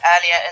earlier